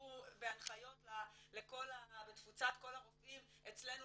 כתבו בהנחיות בתפוצת כל הרופאים אצלנו לא